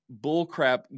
bullcrap